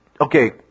okay